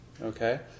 Okay